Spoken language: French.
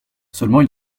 seulement